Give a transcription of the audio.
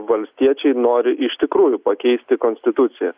valstiečiai nori iš tikrųjų pakeisti konstituciją